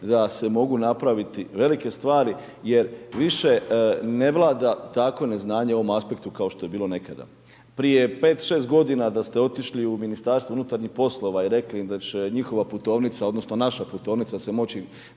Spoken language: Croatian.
da se mogu napraviti velike stvari jer više ne vlada takvo neznanje u ovom aspektu kao što je bilo nekada. Prije 5,6 godina da ste otišli u MUP i rekli im da će njihova putovnica odnosno naša putovnica se moći